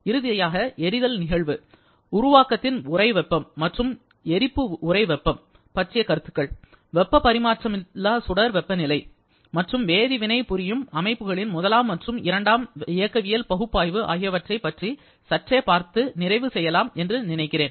இறுதியாக எரிதல்நிகழ்வு உருவாக்கத்தின் உறைவெப்பம் மற்றும் எரிப்பு உறைவெப்பம் பற்றிய கருத்துகள் வெப்பபரிமாற்றமில்லா சுடர் வெப்பநிலை மற்றும் வேதி வினை புரியும் அமைப்புக்களின் முதலாம் மற்றும் இரண்டாம் வெப்ப இயக்கவியல் பகுப்பாய்வு ஆகியவற்றை பற்றி சற்றே பார்த்து நிறைவு செய்யலாம் என்று நினைக்கிறேன்